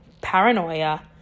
paranoia